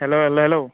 hello hello hello